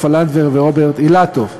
שני חברי כנסת: סופה לנדבר ורוברט אילטוב.